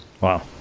wow